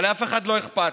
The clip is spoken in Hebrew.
אבל לאף אחד לא אכפת.